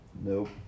Nope